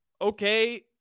okay